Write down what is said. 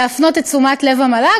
להפנות את תשומת לב המל"ג,